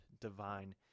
divine